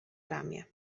ramię